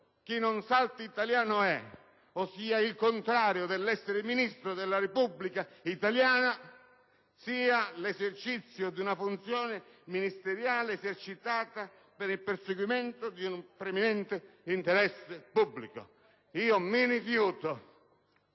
«chi non salta italiano è», ossia il contrario dell'essere Ministro della Repubblica italiana, sia considerato esercizio di una funzione ministeriale esercitata «per il perseguimento di un preminente interesse pubblico». Mi rifiuto